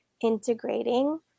integrating